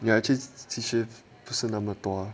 yah 其实其实不是那么多